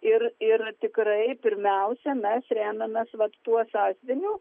ir ir tikrai pirmiausia mes remiamės vat tuo sąsiuviniu